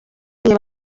ibihe